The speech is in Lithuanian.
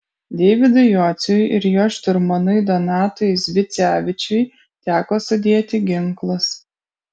deividui jociui ir jo šturmanui donatui zvicevičiui teko sudėti ginklus